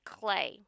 clay